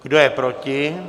Kdo je proti?